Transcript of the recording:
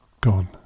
Gone